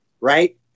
right